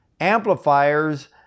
amplifiers